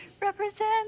represent